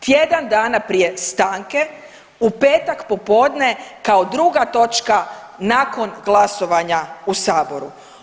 Tjedan dana prije stanke, u petak popodne kao druga točka nakon glasovanja u Saboru.